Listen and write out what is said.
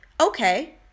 Okay